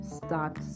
start